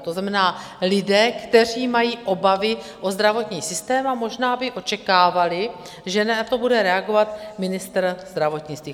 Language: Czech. To znamená lidé, kteří mají obavy o zdravotní systém a možná by očekávali, že na to bude reagovat ministr zdravotnictví.